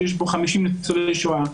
שיש בו 50 ניצולי שואה,